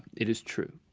it is true.